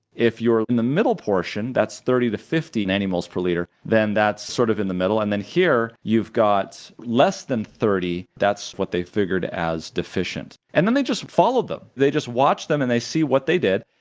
if you're in the middle portion that's thirty to fifty nanomoles per liter, then that's sort of in the middle, and then here you've got less than thirty. that's what they figured as deficient, and then they just followed them. they just watch them and they see what they did,